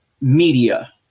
media